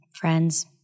friends